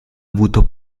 avuto